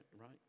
right